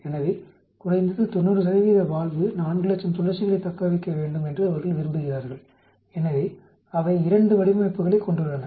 எனவே குறைந்தது 90 வால்வு 400000 சுழற்சிகளைத் தக்கவைக்க வேண்டும் என்று அவர்கள் விரும்புகிறார்கள் எனவே அவை 2 வடிவமைப்புகளைக் கொண்டுள்ளன